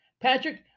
Patrick